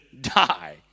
die